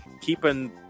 keeping